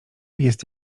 jest